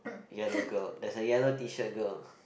yellow girl there's a yellow T shirt girl